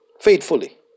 Faithfully